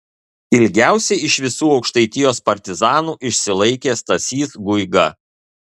ilgiausiai iš visų aukštaitijos partizanų išsilaikė stasys guiga